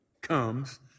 comes